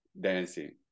dancing